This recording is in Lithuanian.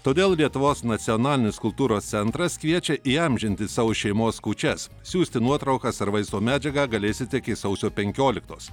todėl lietuvos nacionalinis kultūros centras kviečia įamžinti savo šeimos kūčias siųsti nuotraukas ar vaizdo medžiagą galėsite iki sausio penkioliktos